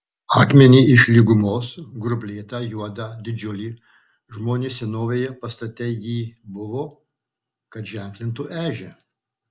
akmenį iš lygumos grublėtą juodą didžiulį žmonės senovėje pastate jį buvo kad ženklintų ežią